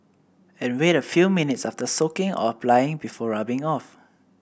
and wait a few minutes after soaking or applying before rubbing off